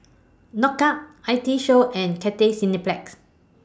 Knockout I T Show and Cathay Cineplex